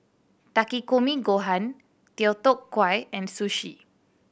Takikomi Gohan Deodeok Gui and Sushi